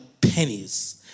pennies